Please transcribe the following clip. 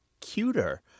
cuter